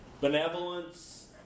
benevolence